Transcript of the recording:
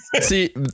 See